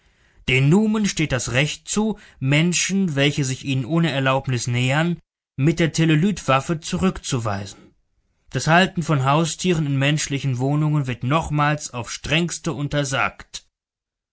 numen steht das recht zu menschen welche sich ihnen ohne erlaubnis nähern mit der telelytwaffe zurückzuweisen das halten von haustieren in menschlichen wohnungen wird nochmals aufs strengste untersagt